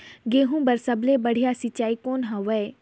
गहूं बर सबले बढ़िया सिंचाई कौन हवय?